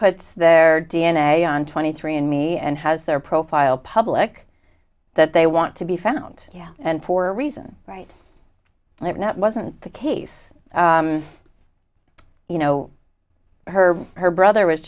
puts their d n a on twenty three and me and has their profile public that they want to be found yeah and for a reason right now it wasn't the case you know her her brother was